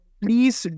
please